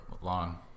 long